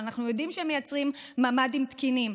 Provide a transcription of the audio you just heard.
שאנחנו יודעים שהם מייצרים ממ"דים תקינים,